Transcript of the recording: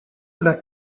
that